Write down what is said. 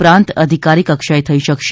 પ્રાંત અધિકારી કક્ષાએ થઈ શકશે